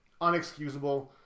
unexcusable